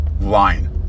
line